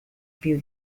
più